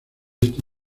este